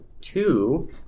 two